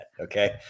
okay